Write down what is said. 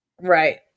Right